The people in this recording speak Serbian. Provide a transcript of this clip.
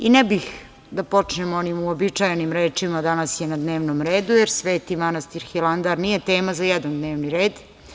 I ne bih da počnem onim uobičajenim rečima - danas je na dnevnom redu, jer Sveti manastir Hilandar nije tema za jedan dnevni red.